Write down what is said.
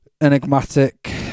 enigmatic